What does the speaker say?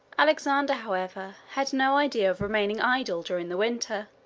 alexander, however, had no idea of remaining idle during the winter.